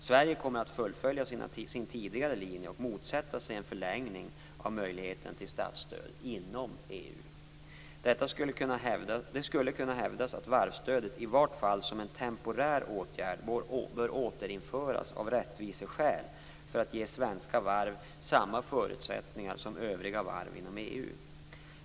Sverige kommer att fullfölja sin tidigare linje och motsätta sig en förlängning av möjligheten till statsstöd inom EU. Det skulle kunna hävdas att varvsstödet - i vart fall som en temporär åtgärd - bör återinföras av rättviseskäl för att ge svenska varv samma förutsättningar som övriga varv inom EU.